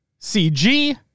CG